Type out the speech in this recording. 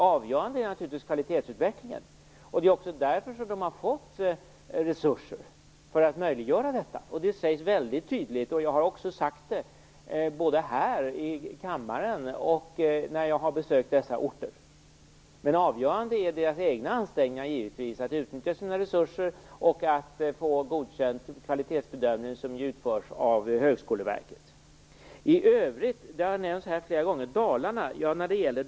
Avgörande är naturligtvis kvalitetsutvecklingen, och det är också för att kunna möjliggöra denna som de har fått resurser. Detta har jag sagt både här i kammaren och när jag har besökt dessa orter. Men avgörande är deras egna ansträngningar för att utnyttja sina resurser och bli godkända i den kvalitetsbedömning som ju utförs av Högskoleverket. Dalarna har nämnts flera gånger.